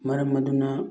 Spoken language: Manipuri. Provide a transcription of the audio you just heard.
ꯃꯔꯝ ꯑꯗꯨꯅ